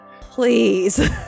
Please